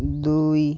ଦୁଇ